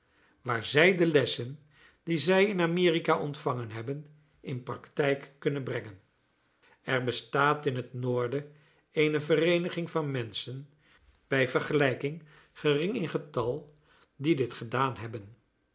waar zij de lessen die zij in amerika ontvangen hebben in praktijk kunnen brengen er bestaat in het noorden eene vereeniging van menschen bij vergelijking gering in getal die dit gedaan hebben